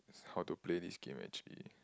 how to play is game actually